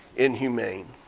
inhumane.